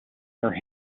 your